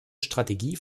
strategie